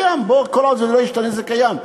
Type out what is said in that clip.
כל עוד זה לא ישתנה זה קיים.